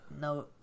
No